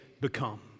become